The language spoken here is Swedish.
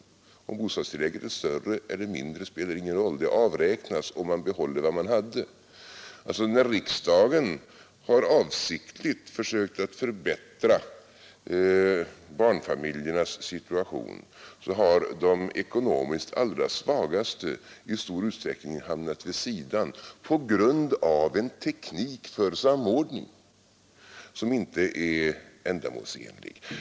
Om bostadstillägget är större eller mindre spelar ingen roll. Det avräknas, och man behåller vad man hade. När riksdagen avsiktligt försökt att förbättra barnfamiljernas situation så har de ekonomiskt allra svagaste i stor utsträckning hamnat vid sidan på grund av en teknik för samordning som inte är ändamålsenlig.